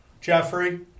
Jeffrey